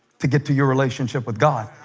to get to your relationship with god